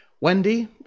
Wendy